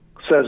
says